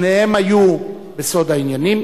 שניהם היו בסוד העניינים.